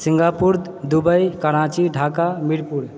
Singapore Dubai Karachi Dhaka Mirpur